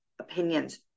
opinions